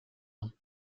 ans